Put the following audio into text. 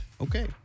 Okay